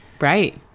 Right